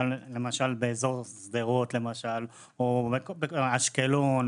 למשל באזור שדרות או אשקלון,